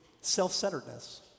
self-centeredness